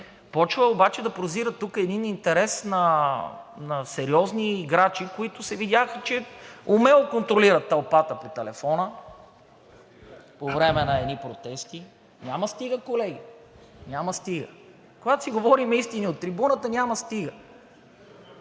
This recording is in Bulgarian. Започва обаче да прозира тук един интерес на сериозни играчи, които се видя, че умело контролират тълпата по телефона по време на едни протести. (Шум и реплики: „Стига!“) Няма „стига“, колеги, няма „стига“. Когато си говорим истини от трибуната, няма „стига“.